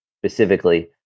specifically